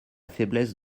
faiblesse